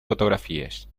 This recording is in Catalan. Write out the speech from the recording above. fotografies